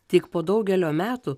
tik po daugelio metų